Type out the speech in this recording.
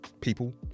people